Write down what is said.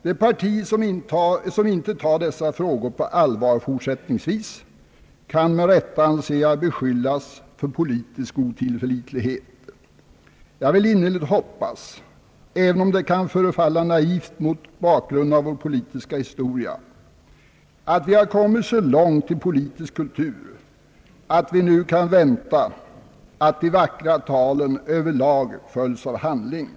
Det parti som inte fortsättningsvis tar dessa frågor på allvar kan — med rätta, anser jag — beskyllas för politisk otillförlitlighet. Jag vill innerligt hoppas, även om det kan förefalla naivt mot bakgrunden av vår politiska historia, att vi har kommit så långt i politisk kultur att vi nu kan vänta oss att de vackra talen över tag följs av handling.